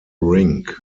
rink